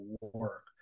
work